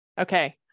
Okay